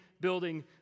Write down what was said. building